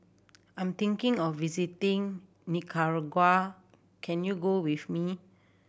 I'm thinking of visiting Nicaragua can you go with me